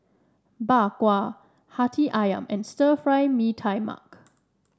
Bak Kwa Hati ayam and Stir Fried Mee Tai Mak